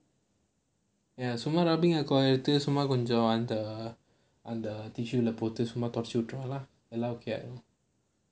ya சும்மா:summa rubbing alcohol எடுத்து சும்மா கொஞ்சம் அந்த அந்த:eduthu summaa konjam antha antha tissue leh போட்டு சும்மா தொடச்சு விட்டா எல்லாம்:pottu summaa thodachchu vittaa ellaam okay ah